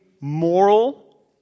moral